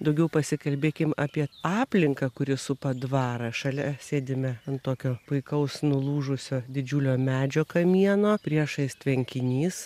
daugiau pasikalbėkim apie aplinką kuri supa dvarą šalia sėdime ant tokio puikaus nulūžusio didžiulio medžio kamieno priešais tvenkinys